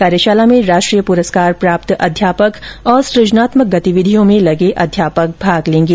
कार्यशाला में राष्ट्रीय पुरस्कार प्राप्त अध्यापक और सुजनात्मक गतिविधियों में लगे अध्यापक भाग लेंगे